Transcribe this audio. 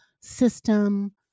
system